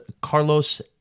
Carlos